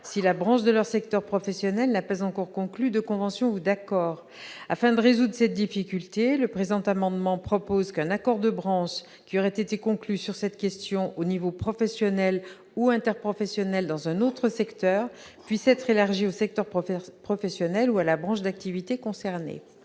si la branche de leur secteur professionnel n'a pas encore conclu de convention ou d'accord afin de résoudre cette difficulté, le présent amendement propose qu'un accord de branche qui aurait été conclu sur cette question au niveau professionnel ou interprofessionnel dans un autre secteur puisse être élargie au secteur professeur professionnel ou à la branche d'activité concernés